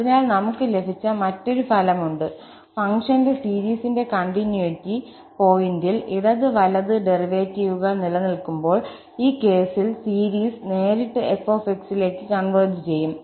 അതിനാൽ നമുക് ലഭിച്ച മറ്റൊരു ഫലമുണ്ട് ഫംഗ്ഷന്റെ സീരീസിന്റെ കണ്ടിന്യൂറ്റി പോയിന്റിൽ ഇടത് വലത് ഡെറിവേറ്റീവുകൾ നിലനിൽക്കുമ്പോൾ ഈ കേസിൽസീരീസ് നേരിട്ട് f ലേക്ക് കൺവെർജ് ചെയ്യും